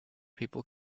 people